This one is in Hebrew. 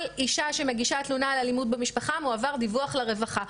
כל אישה שמגישה תלונה על אלימות במשפחה מועבר דיווח לרווחה.